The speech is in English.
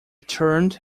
turned